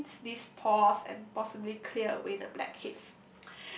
cleans these pores and possibly clear away the blackheads